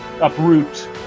uproot